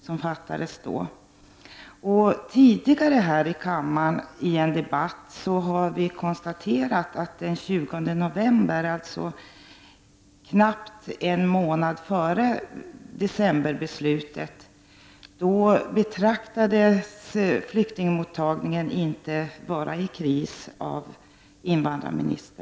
I en debatt tidigare här i kammaren har vi konstaterat att invandrarministern den 20 november, dvs. knappt en månad före decemberbeslutet, inte ansåg att flyktingmottagningen var i kris.